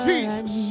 Jesus